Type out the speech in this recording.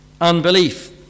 unbelief